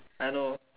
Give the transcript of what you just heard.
I know